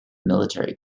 military